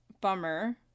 bummer